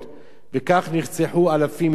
וכך נרצחו אלפים מדי יום.